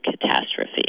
catastrophe